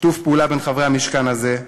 שיתוף פעולה בין חברי המשכן הזה,